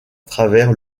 travers